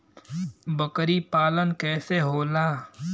बकरी पालन कैसे होला?